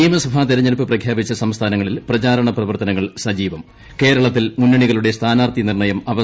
നിയമസഭാ തെരഞ്ഞെടുപ്പ് പ്രഖ്യാപിച്ച സംസ്ഥാനങ്ങളിൽ പ്രചാരണ പ്രവർത്തനങ്ങൾ സജീവം കേരളത്തിൽ മുന്നണികളുടെ സ്ഥാനാർത്ഥി നിർണയം അവസാനഘട്ടത്തിൽ